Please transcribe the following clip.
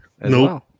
No